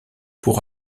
pour